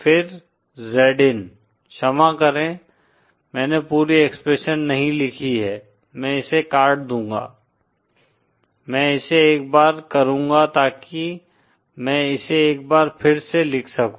फिर Zin क्षमा करें मैंने पूरी एक्सप्रेशन नहीं लिखी है मैं इसे काट दूंगा मैं इसे एक बार करूंगा ताकि मैं इसे एक बार फिर से लिख सकूं